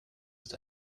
ist